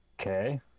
Okay